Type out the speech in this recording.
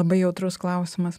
labai jautrus klausimas